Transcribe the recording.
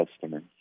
customers